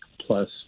plus